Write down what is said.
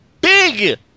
big